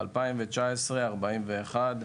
ב-2019 41%,